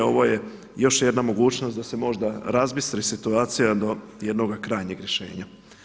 Ovo je još jedna mogućnost da se možda razbistri situacija do jednoga krajnjeg rješenja.